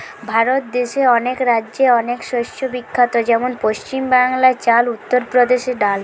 ভারত দেশে অনেক রাজ্যে অনেক শস্য বিখ্যাত যেমন পশ্চিম বাংলায় চাল, উত্তর প্রদেশে ডাল